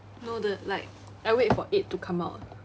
no the like I wait for eight to come out